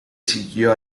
siguió